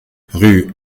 rue